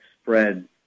spread